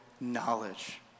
knowledge